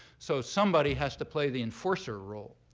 so somebody has to play the enforcer role.